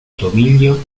tomillo